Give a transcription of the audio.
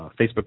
Facebook